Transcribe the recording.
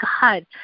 God